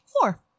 Four